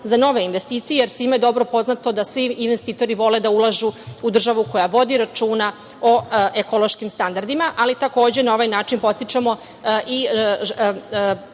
za nove investicije, jer svima je dobro poznato da svi investitori vole da ulažu u državu koja vodi računa o ekološkim standardima, ali takođe na ovaj način podstičemo i